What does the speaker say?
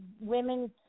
women